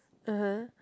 uh-huh